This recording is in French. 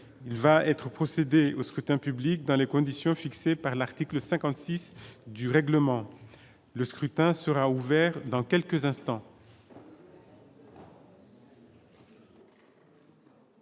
il va être procédé au scrutin public dans les conditions fixées par l'article 56 du règlement, le scrutin sera ouvert dans quelques instants.